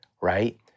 right